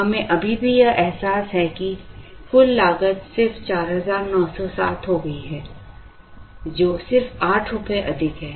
हमें अभी भी यह एहसास है कि कुल लागत सिर्फ 4907 हो गई है जो सिर्फ 8 रुपये अधिक है